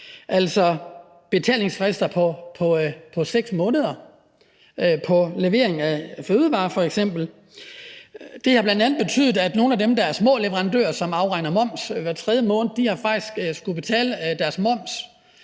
betalingsfrister på 6 måneder i forhold til levering af f.eks. fødevarer. Det har bl.a. betydet, at nogle af dem, der er små leverandører, og som afregner moms hver tredje måned, faktisk har skullet betale deres moms